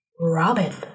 Robin